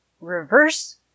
reverse